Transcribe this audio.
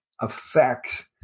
affects